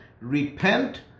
repent